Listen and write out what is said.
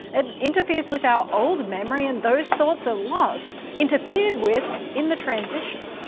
it interferes with our old memories and those thoughts are lost interfered with in the transition.